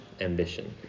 ambition